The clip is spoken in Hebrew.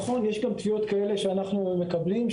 יש גם תביעות כאלה שאנחנו מקבלים,